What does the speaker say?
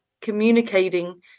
communicating